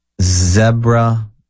Zebra